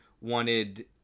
wanted